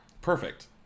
Perfect